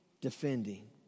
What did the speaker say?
defending